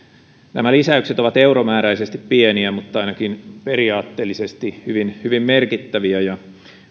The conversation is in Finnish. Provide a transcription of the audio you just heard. nämä lisäykset ovat euromääräisesti pieniä mutta ainakin periaatteellisesti hyvin hyvin merkittäviä ja